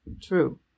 true